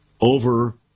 over